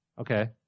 Okay